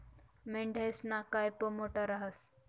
मेंढयासना कयप मोठा रहास